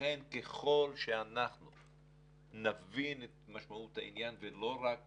לכן ככול שנבין את משמעות העניין ולא רק